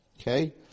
Okay